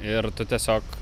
ir tu tiesiog